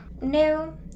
No